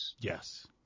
Yes